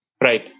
right